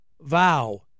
vow